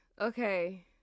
okay